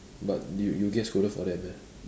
but you you get scolded for that meh